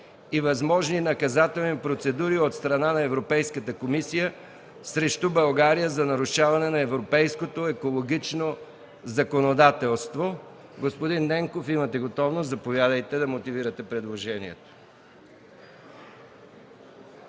и възможни наказателни процедури от страна на Европейската комисия срещу България за нарушаване на европейското екологично законодателство. Господин Ненков, заповядайте да мотивирате предложението.